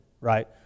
right